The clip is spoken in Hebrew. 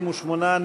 58,